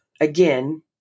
again